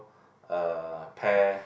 a pear